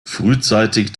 frühzeitig